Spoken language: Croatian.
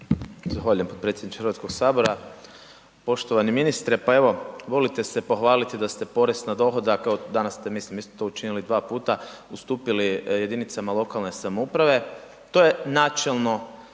Zahvaljujem potpredsjedniče HS. Poštovani ministre, pa evo volite se pohvaliti da ste porez na dohodak, evo danas ste mislim isto to učinili dva puta, ustupili jedinicama lokalne samouprave, to je načelno,